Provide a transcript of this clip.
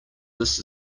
this